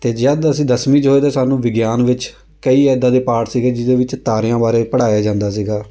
ਅਤੇ ਜਦ ਅਸੀਂ ਦਸਵੀਂ ਚ ਹੋਏ ਤਾਂ ਸਾਨੂੰ ਵਿਗਿਆਨ ਵਿੱਚ ਕਈ ਇੱਦਾਂ ਦੇ ਪਾਠ ਸੀਗੇ ਜਿਹਦੇ ਵਿੱਚ ਤਾਰਿਆਂ ਬਾਰੇ ਪੜ੍ਹਾਇਆ ਜਾਂਦਾ ਸੀਗਾ